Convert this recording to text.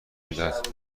میدهد